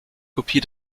kopie